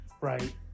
right